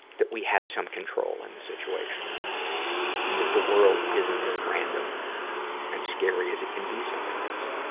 that we had some control in the situation and that the world isn't as random and scary as it can be sometimes.